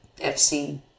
FC